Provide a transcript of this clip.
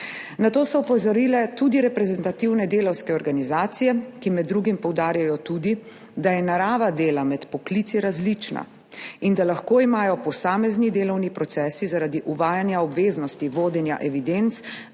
Na to so opozorile tudi reprezentativne delavske organizacije, ki med drugim poudarjajo tudi, da je narava dela med poklici različna in da lahko imajo posamezni delovni procesi zaradi uvajanja obveznosti vodenja evidenc